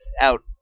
out